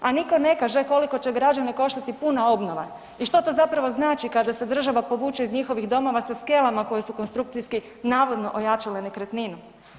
A nitko ne kaže koliko će građane koštati puna obnova i što to zapravo znači kada se država povuče iz njihovih domova sa skelama koje su konstrukcijski navodno ojačale nekretninu.